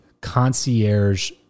concierge